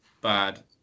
bad